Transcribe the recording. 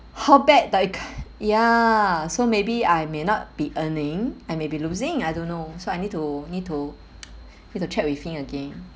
how bad like ya so maybe I may not be earning I may be losing I don't know so I need to need to need to check with him again